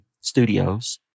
studios